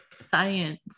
science